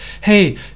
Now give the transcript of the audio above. hey